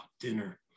Dinner